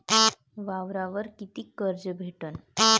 वावरावर कितीक कर्ज भेटन?